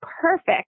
perfect